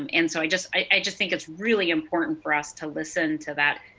um and so, i just, i just think it's really important for us to listen to that,